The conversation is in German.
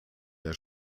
der